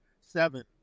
seven